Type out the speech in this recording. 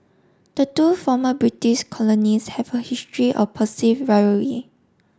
the two former British colonies have a history of perceived rivalry